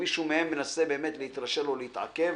שמישהו מהם מנסה באמת להתרשל או להתעכב